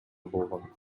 болгон